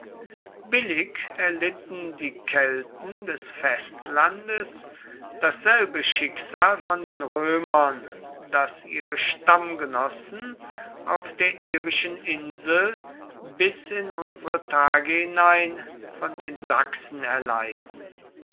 billig erlitten die kelten des festlandes dasselbe schicksal von den römern das ihre stammgenossen auf der irischen insel bis in unsere tage hinein von den sachsen erleiden